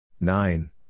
Nine